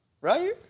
Right